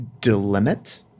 delimit